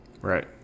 Right